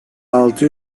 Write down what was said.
altı